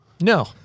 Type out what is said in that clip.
No